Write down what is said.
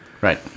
Right